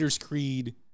creed